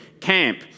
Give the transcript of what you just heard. camp